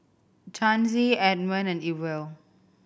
Chancey Edmon and Ewell